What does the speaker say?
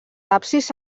absis